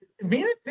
Venus